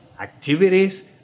activities